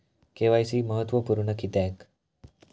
KYC महत्त्वपुर्ण किद्याक?